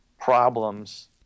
problems